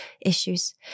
Issues